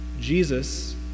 Jesus